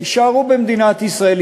יישארו במדינת ישראל,